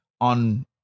on